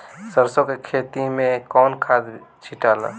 सरसो के खेती मे कौन खाद छिटाला?